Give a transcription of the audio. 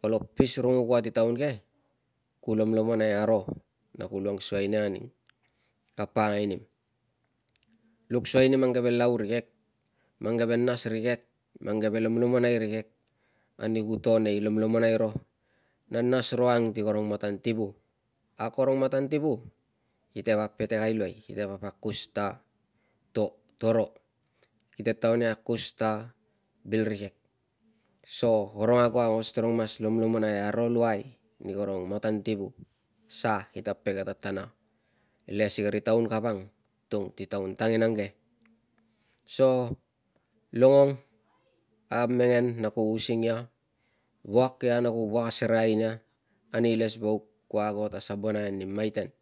Kolo pis runguk ua ti taun ke, ku lomlomonai aro na ku luang suai nia ani ka pakangai nim. Luk suai ni mang keve lau rikek, mang keve nas rikek, mang keve lomlomonai rikek ani ku to nei lomlomonai ro na nas ro ang ti karong matan tiwu. A karong matan tiwu kite vap petekai luai, kite vap akus ta to- to ro kite taua ni akus ta bil rikek so, karong ago aungos tarong mas lomlomonai aro luai ni karong matan tiwu, sa kite pege tatana le si kari taun kavang tung ti taun tanginang ke. So longong a mengen na ku using ia, wuak ia na ku wuak asereai nia ani ilesavauk ku ago ta sabonai ani maiten.